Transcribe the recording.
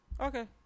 Okay